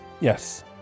Yes